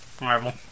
Marvel